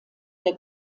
der